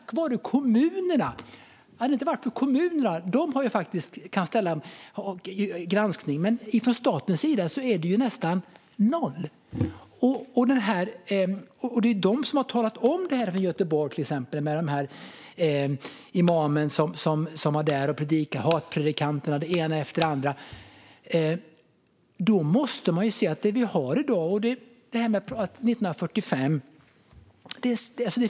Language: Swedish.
Kommunerna kan göra granskningar, men från statens sida är det nästan noll. Till exempel har Göteborgs kommun talat om imamen som var där och predikade, och hatpredikanter, den ena efter den andra. Mycket har ändrats sedan 1945.